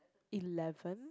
eleven